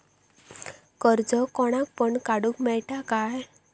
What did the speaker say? कर्ज कोणाक पण काडूक मेलता काय?